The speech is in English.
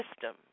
system